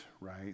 right